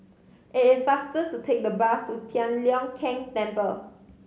it is faster to take the bus to Tian Leong Keng Temple